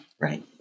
Right